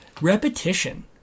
Repetition